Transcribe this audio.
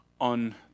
on